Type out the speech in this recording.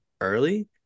early